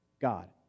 God